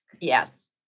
yes